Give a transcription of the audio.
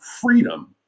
freedom